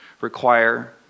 require